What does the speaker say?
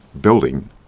building